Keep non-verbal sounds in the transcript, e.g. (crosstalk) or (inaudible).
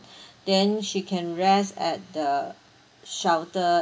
(breath) then she can rest at the shelter